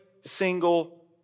single